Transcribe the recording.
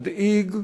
מדאיג וחמור.